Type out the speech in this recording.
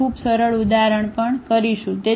આપણે ખૂબ સરળ ઉદાહરણ પણ કરીશું